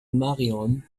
marion